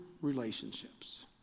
relationships